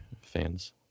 fans